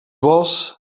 was